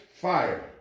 fire